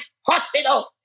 hospital